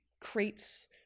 crates